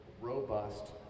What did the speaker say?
robust